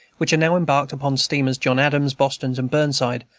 which are now embarked upon the steamers john adams, boston, and burn-side,